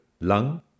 lung